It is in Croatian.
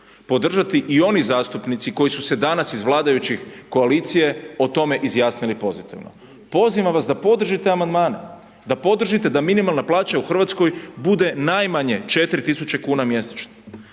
podržati i oni zastupnici koji su se danas iz vladajuće koalicije o tome izjasnili pozitivno. Pozivam vas da podržite amandmane, da podržite da minimalna plaća u Hrvatskoj bude najmanje 4.000 kuna mjesečno.